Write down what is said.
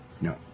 no